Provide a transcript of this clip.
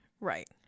Right